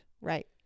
Right